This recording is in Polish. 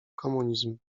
komunizm